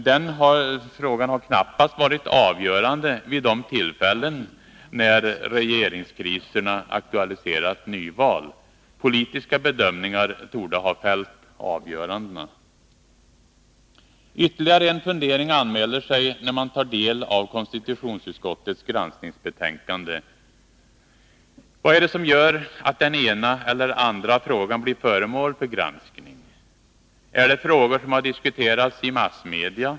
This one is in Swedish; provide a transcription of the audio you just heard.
Den har dock knappast varit avgörande vid de tillfällen då regeringskriserna aktualiserat nyval. Politiska bedömningar torde ha fällt avgörandena. Ytterligare en fundering anmäler sig när man tar del av konstitutionsutskottets granskningsbetänkande. Vad är det som avgör vilka frågor som blir föremål för granskning? Är det frågor som diskuterats i massmedia?